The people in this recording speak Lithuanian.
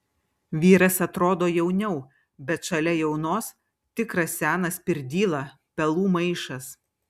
vyras atrodo jauniau bet šalia jaunos tikras senas pirdyla pelų maišas